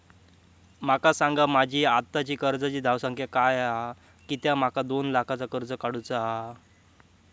माका सांगा माझी आत्ताची कर्जाची धावसंख्या काय हा कित्या माका दोन लाखाचा कर्ज काढू चा हा?